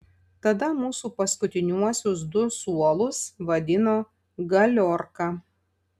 tada mūsų paskutiniuosius du suolus vadino galiorka